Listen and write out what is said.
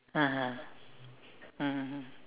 (uh huh) mmhmm